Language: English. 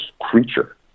creature